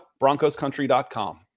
Broncoscountry.com